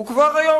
כבר היום,